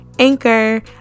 anchor